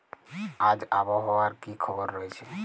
আজ আবহাওয়ার কি খবর রয়েছে?